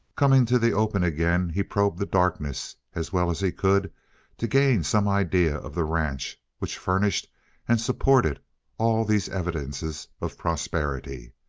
coming to the open again, he probed the darkness as well as he could to gain some idea of the ranch which furnished and supported all these evidences of prosperity.